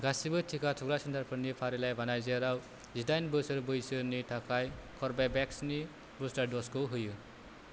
गासिबो टिका थुग्रा सेन्टारफोरनि फारिलाइ बानाय जेराव जिदाइन बोसोर बैसोनि थाखाय कर्वेभेक्सनि बुस्टार द'जखौ होयो